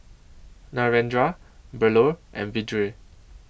Narendra Bellur and Vedre